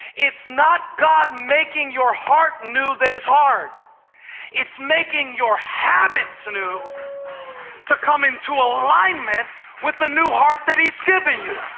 it's not god making your heart new that is hard it's making your habits new to come into alignment with the new heart he has given you.